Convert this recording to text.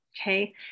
Okay